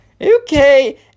okay